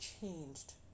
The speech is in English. changed